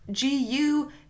GU